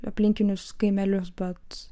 aplinkinius kaimelius bet